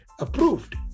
approved